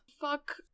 fuck